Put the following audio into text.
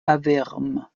avermes